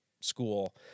school